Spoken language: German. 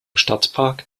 stadtpark